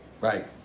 right